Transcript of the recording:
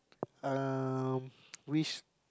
um which